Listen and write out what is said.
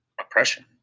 oppression